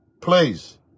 please